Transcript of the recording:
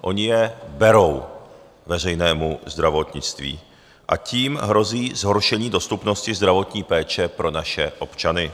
Oni je berou veřejnému zdravotnictví, a tím hrozí zhoršení dostupnosti zdravotní péče pro naše občany.